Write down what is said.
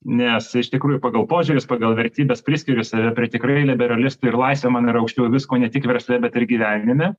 nes iš tikrųjų pagal požiūrius pagal vertybes priskiriu save prie tikrai liberalistų ir laisvė man yra aukščiau visko ne tik versle bet ir gyvenime